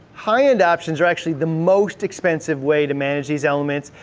high end options are actually the most expensive way to manage these elements.